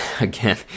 again